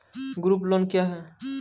Group loan क्या है?